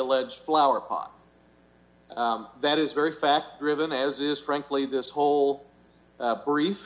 alleged flowerpot that is very fact driven as is frankly this whole brief